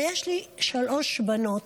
ויש לי שלוש בנות,